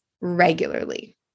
regularly